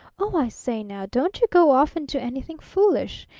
oh, i say now, don't you go off and do anything foolish!